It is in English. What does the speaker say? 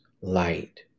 light